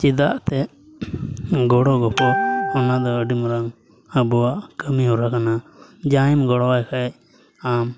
ᱪᱮᱫᱟᱜ ᱮᱱᱛᱮᱫ ᱜᱚᱲᱚᱼᱜᱚᱯᱚᱲᱚ ᱚᱱᱟ ᱫᱚ ᱟᱹᱰᱤ ᱢᱟᱨᱟᱝ ᱟᱵᱚᱣᱟᱜ ᱠᱟᱹᱢᱤᱦᱚᱨᱟ ᱠᱟᱱᱟ ᱡᱟᱦᱟᱸᱭᱮᱢ ᱜᱚᱲᱚᱣᱟᱭ ᱠᱷᱟᱡ ᱟᱢ